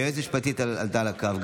היועצת המשפטית עלתה על הקו,